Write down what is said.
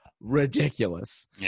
ridiculous